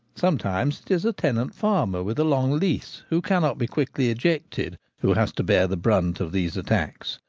sometimes it is a tenant-farmer with a long lease, who cannot be quickly ejected, who has to bear the brunt of these attacks.